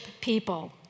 people